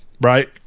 right